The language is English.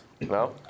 No